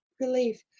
relief